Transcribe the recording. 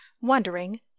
wondering